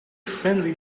friendly